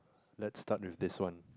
let's start with this one